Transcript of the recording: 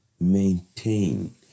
maintain